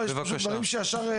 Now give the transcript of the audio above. דרך אגב,